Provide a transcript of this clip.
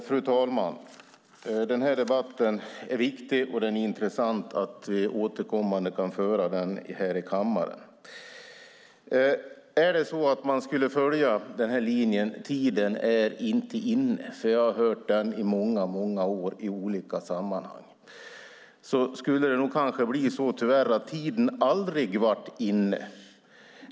Fru talman! Debatten är viktig, och det är intressant att vi återkommande kan föra den här i kammaren. Om man skulle följa linjen "tiden är inte inne", som jag hört om i många år i olika sammanhang, skulle det tyvärr nog bli så att tiden aldrig blir inne.